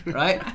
right